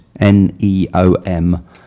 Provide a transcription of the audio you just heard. N-E-O-M